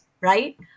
right